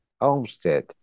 homestead